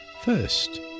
first